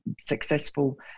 successful